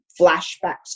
flashbacks